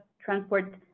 transport